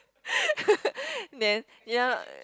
then ya